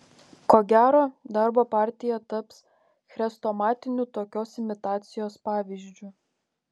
ko gero darbo partija taps chrestomatiniu tokios imitacijos pavyzdžiu